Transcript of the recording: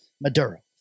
Maduro